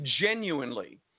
genuinely